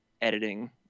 editing